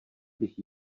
bych